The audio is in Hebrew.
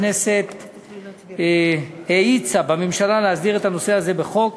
שבהן הכנסת דחקה בממשלה להסדיר את הנושא הזה בחוק,